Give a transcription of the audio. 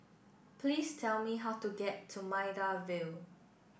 please tell me how to get to Maida Vale